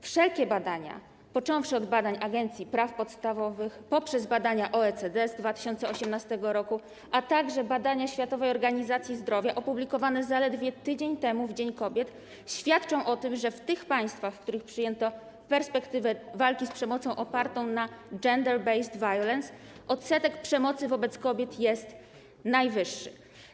Wszelkie badania, począwszy od badań Agencji Praw Podstawowych, poprzez badania OECD z 2018 r., a także badania Światowej Organizacji Zdrowia opublikowane zaledwie tydzień temu, w Dniu Kobiet, świadczą o tym, że w tych państwach, w których przyjęto perspektywę walki z przemocą opartą na gender-based violence, odsetek przemocy wobec kobiet jest najwyższy.